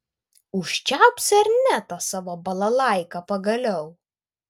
užčiaupsi ar ne tą savo balalaiką pagaliau